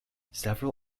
several